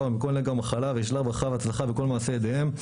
ומכל נגע ומחלה וישלח ברכה והצלחה בכל מעשה ידיהם.